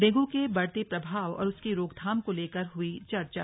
dengue के बढ़ते प्रभाव और उसकी रोकथाम को लेकर हुई चर्चा